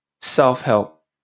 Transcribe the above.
Self-help